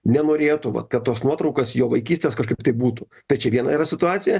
nenorėtų vat kad tos nuotraukos jo vaikystės kažkaip taip būtų tai čia viena yra situacija